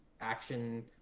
action